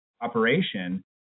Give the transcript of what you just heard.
operation